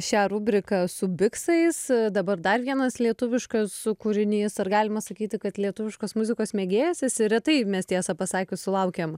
šią rubriką su biksais dabar dar vienas lietuviškas kūrinys ar galima sakyti kad lietuviškos muzikos mėgėjas esi retai mes tiesą pasakius sulaukiam